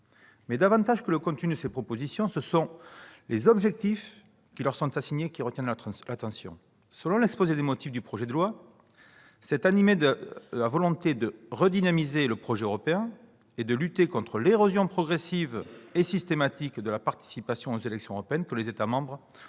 Mais davantage que le contenu de ces propositions, ce sont les objectifs qui leur sont assignés qui retiennent l'attention. Selon l'exposé des motifs du projet de loi, c'est animés de la volonté de « redynamiser le projet européen » et de lutter contre « l'érosion progressive et systématique » de la participation aux élections européennes que les États membres ont